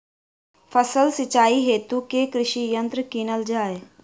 फसलक सिंचाई हेतु केँ कृषि यंत्र कीनल जाए?